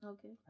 Okay